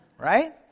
right